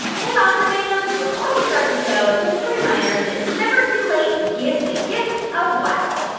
hey, wowzer fams. before we start the show, just a reminder that it's never too late to give the gift of wow.